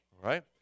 Right